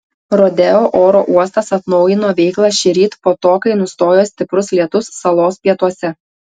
rodeo oro uostas atnaujino veiklą šįryt po to kai nustojo stiprus lietus salos pietuose